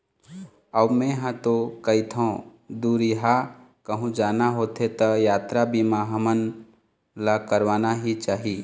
अऊ मेंहा तो कहिथँव दुरिहा कहूँ जाना होथे त यातरा बीमा हमन ला करवाना ही चाही